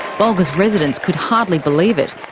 bulga's residents could hardly believe it.